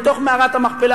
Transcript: לתוך מערת המכפלה,